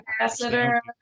ambassador